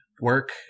work